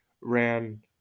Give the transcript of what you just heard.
ran